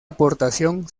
aportación